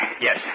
Yes